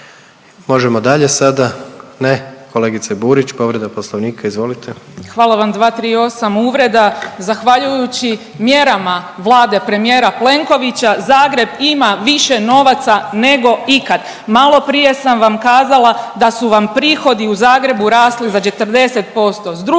Možemo dalje sada? Ne. Kolegice Burić povreda poslovnika izvolite. **Burić, Majda (HDZ)** Hvala vam. 238. uvreda, zahvaljujući mjerama Vlade premijera Plenkovića Zagreb ima više novaca nego ikad. Maloprije sam vam kazala da su vam prihodi u Zagrebu rasli za 40%